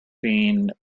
being